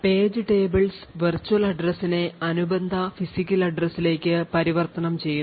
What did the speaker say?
page tablesvirtual address നെ അനുബന്ധ physical address ലേക്ക് പരിവർത്തനം ചെയ്യുന്നു